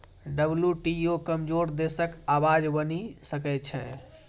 WTO कमजोर देशक आवाज बनि सकै छै